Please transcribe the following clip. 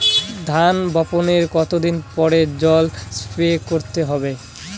ধান বপনের কতদিন পরে জল স্প্রে করতে হবে?